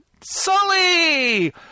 Sully